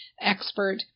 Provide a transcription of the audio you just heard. expert